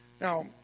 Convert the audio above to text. Now